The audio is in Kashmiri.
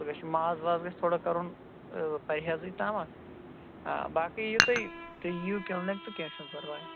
سُہ گژھِ ماز واز گژھِ تھوڑا کَرُن پَرِہیزٕے تامَتھ آ باقٕے یِیِو تُہۍ تُہۍ یِیِو کِلنِک تہٕ کیٚنٛہہ چھُنہٕ پَرواے